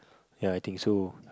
ya I think so